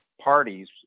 parties